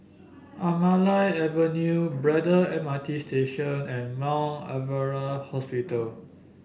Anamalai Avenue Braddell M R T Station and Mount Alvernia Hospital